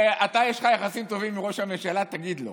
אתה, יש לך יחסים טובים עם ראש הממשלה, תגיד לו.